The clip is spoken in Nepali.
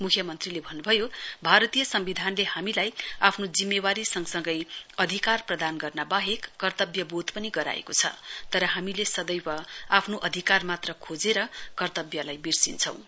मुख्यमन्त्रीले भन्नुभयो भारतीय सम्विधानले हामीलाई आफ्नो जिम्मेवारी सँग सँगै अधिकार प्रदान गर्न वाहेक कर्तव्य वोध पनि गराएको छ तर हामीले सदैव आफ्नो अधिकार मात्र खोजेर कर्तब्यलाई विर्सिन्छौं